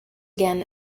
again